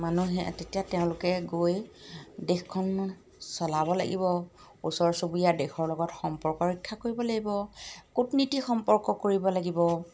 মানুহে তেতিয়া তেওঁলোকে গৈ দেশখন চলাব লাগিব ওচৰ চুবুৰীয়া দেশৰ লগত সম্পৰ্ক ৰক্ষা কৰিব লাগিব কুটনীতি সম্পৰ্ক কৰিব লাগিব